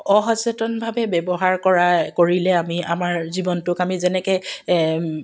অসচেতনভাৱে ব্যৱহাৰ কৰাৰ কৰিলে আমি আমাৰ জীৱনটোক আমি যেনেকৈ